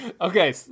Okay